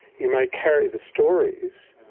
you may carry the stories,